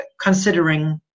considering